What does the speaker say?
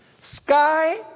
Sky